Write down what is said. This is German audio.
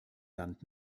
land